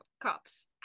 cops